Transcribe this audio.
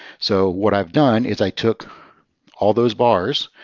so what i've done is i took all those bars,